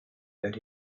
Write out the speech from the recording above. that